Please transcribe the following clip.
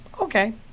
Okay